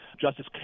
Justice